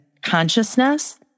consciousness